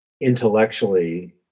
intellectually